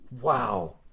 wow